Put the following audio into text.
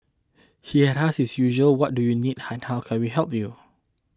he had asked his usual what do you need we help you